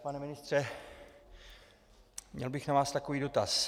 Pane ministře, měl bych na vás takový dotaz.